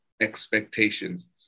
expectations